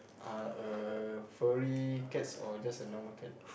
uh a furry cats or just a normal cat